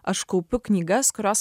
aš kaupiu knygas kurios